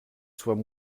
soient